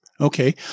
okay